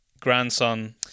grandson